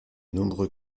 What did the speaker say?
nombreux